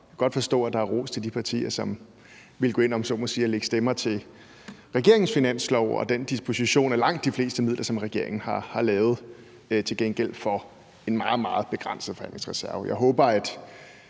jeg kan godt forstå, at der er ros til de partier, som ville gå ind, om man så må sige, og lægge stemmer til regeringens finanslov og den disposition af langt de fleste midler, som regeringen har lavet, til gengæld for en meget, meget begrænset forhandlingsreserve.